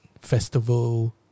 festival